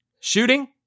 Shooting